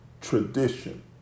tradition